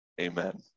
Amen